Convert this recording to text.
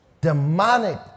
demonic